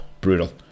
brutal